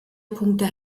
punkte